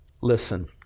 listen